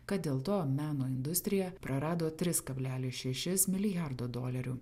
kad dėl to meno industrija prarado tris kablelis šešis milijardo dolerių